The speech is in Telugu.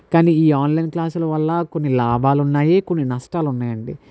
కానీ ఈ ఆన్లైన్ క్లాసులు వల్ల కొన్ని లాభాలు ఉన్నాయి కొన్ని నష్టాలు ఉన్నాయి అండి